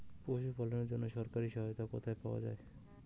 পশু পালনের জন্য সরকারি সহায়তা কোথায় পাওয়া যায়?